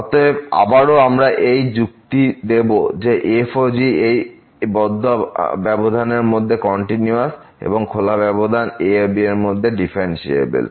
অতএব আবারো আমরা একই যুক্তি দেবো যে f ও g এই বদ্ধ ব্যবধান এর মধ্যে কন্টিনিউয়াস এবং খোলা ব্যবধান a b এরমধ্যে ডিফারেন্সিএবেল